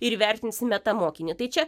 ir įvertinsime tą mokinį tai čia